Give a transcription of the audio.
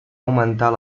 augmentar